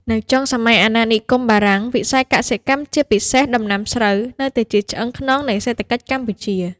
នៅចុងសម័យអាណានិគមបារាំង វិស័យកសិកម្ម ជាពិសេសដំណាំស្រូវ នៅតែជាឆ្អឹងខ្នងនៃសេដ្ឋកិច្ចកម្ពុជា។